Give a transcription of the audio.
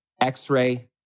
X-ray